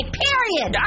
period